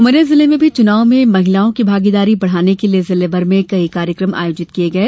उमरिया जिले में भी चुनाव में महिलाओं की भागीदारी बढ़ाने के लिये जिले भर में कई कार्यकम आयोजित किये गये